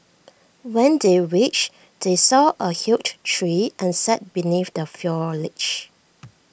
when they reached they saw A huge tree and sat beneath the foliage